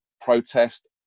protest